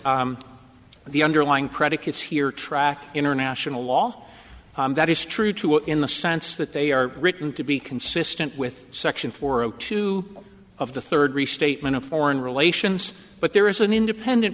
that the underlying predicates here track international law that is true too in the sense that they are written to be consistent with section four zero two of the third restatement of foreign relations but there is an independent